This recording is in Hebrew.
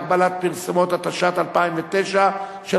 התשע"א 2011,